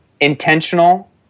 intentional